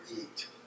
eat